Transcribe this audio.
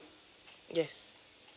yes